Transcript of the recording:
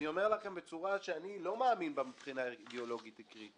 אני אומר לכם בצורה שאני לא מאמין בה מבחינה אידיאולוגית ערכית: